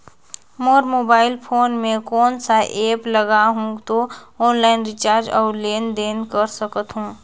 मोर mobile phone मे कोन सा एप्प लगा हूं तो ऑनलाइन रिचार्ज और लेन देन कर सकत हू?